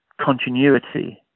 continuity